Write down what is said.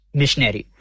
missionary